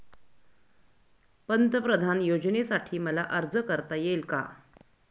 पंतप्रधान योजनेसाठी मला अर्ज करता येईल का?